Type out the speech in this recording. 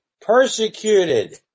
Persecuted